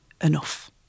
enough